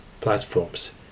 platforms